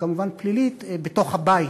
וכמובן פלילית בתוך הבית,